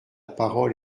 parole